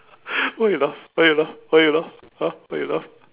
why you laugh why you laugh why you laugh ha why you laugh